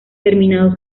terminados